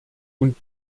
und